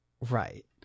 right